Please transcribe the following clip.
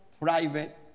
private